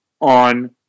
on